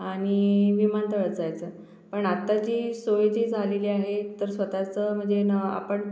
आणि विमानतळ असायचं पण आताची सोय जी झालेली आहे तर स्वतःचं म्हणजे नाव आपण